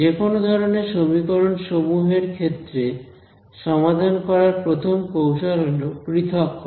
যেকোনো ধরনের সমীকরণ সমূহের ক্ষেত্রে সমাধান করার প্রথম কৌশল হল পৃথক করা